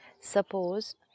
Suppose